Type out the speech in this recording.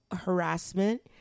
harassment